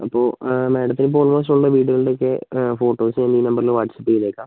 അപ്പോൾ മാഡത്തിന് ഇപ്പോൾ ഓൾമോസ്റ്റ് ഉള്ള വീടുകളിലൊക്കെ ഫോട്ടോസ് ഒന്ന് ഈ നമ്പറില് വാട്ട്സ്ആപ്പ് ചെയ്തേക്കാം